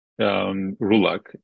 Rulak